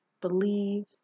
Believe